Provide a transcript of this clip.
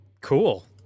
cool